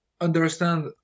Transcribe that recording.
understand